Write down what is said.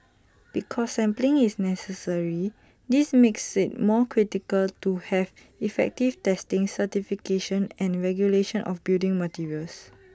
because sampling is necessary this makes IT more critical to have effective testing certification and regulation of building materials